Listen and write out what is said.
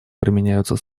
применяются